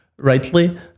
Rightly